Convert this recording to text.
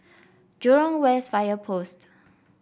Jurong West Fire Post